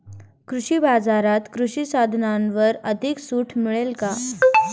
कृषी बाजारात कृषी साधनांवर अधिक सूट मिळेल का?